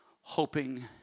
hoping